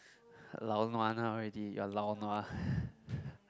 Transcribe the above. lao nua now already your lao nua